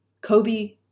Kobe